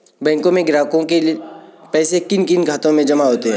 बैंकों में ग्राहकों के पैसे किन किन खातों में जमा होते हैं?